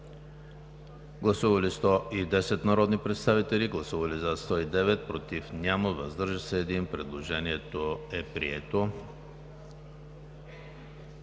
Гласували 113 народни представители: за 112, против няма, въздържал се 1. Предложението е прието.